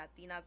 Latinas